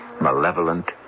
Malevolent